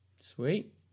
Sweet